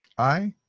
aye.